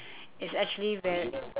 it's actually ve~